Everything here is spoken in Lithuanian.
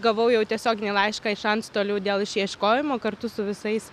gavau jau tiesioginį laišką iš antstolių dėl išieškojimo kartu su visais